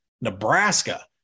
Nebraska